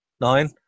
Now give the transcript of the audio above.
nine